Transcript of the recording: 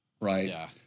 right